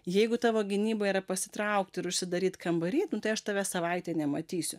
jeigu tavo gynyba yra pasitraukti ir užsidaryt kambary tai aš tavęs savaitę nematysiu